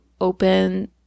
open